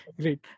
Great